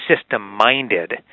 system-minded